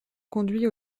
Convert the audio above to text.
conduit